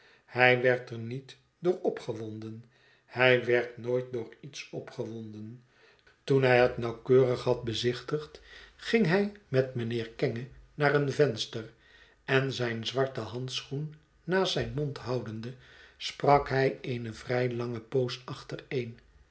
hij werd er niet door opgewonden hij werd nooit door iets opgewonden toen hij het nauwkeurig had bezichtigd ging hij met mijnheer kenge naar een venster en zijn zwarten handschoen naast zijn mond houdende sprak hij eene vrij lange poos achtereen